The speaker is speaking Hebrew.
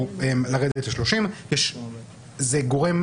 אדם בן 80 שגר בבית עם פיליפינית, לא יכול להגיע